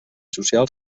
social